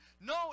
No